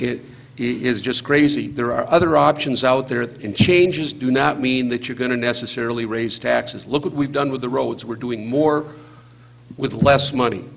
it is just crazy there are other options out there in changes do not mean that you're going to necessarily raise taxes look at we've done with the roads we're doing more with less money